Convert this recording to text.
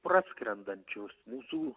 praskrendančios mūsų